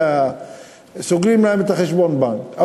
אחרת סוגרים להן את חשבון הבנק.